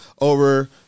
over